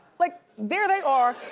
like there they are,